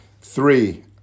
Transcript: Three